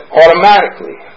automatically